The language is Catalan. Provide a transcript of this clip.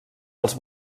els